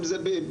אם זה במחקר,